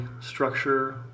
structure